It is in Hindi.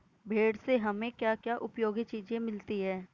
भेड़ से हमें क्या क्या उपयोगी चीजें मिलती हैं?